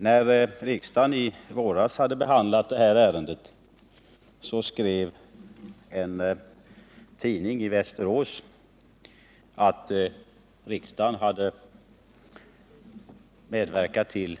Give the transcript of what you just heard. Efter det att riksdagen i våras hade behandlat detta ärende skrev en Västeråstidning att riksdagen hade medverkat till